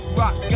rock